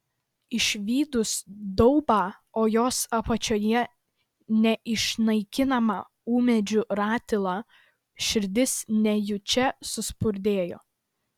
išvydus daubą o jos apačioje neišnaikinamą ūmėdžių ratilą širdis nejučia suspurdėjo